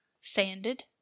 Sanded